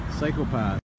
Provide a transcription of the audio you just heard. Psychopath